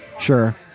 Sure